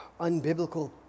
unbiblical